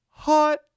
Hot